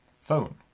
phone